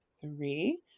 three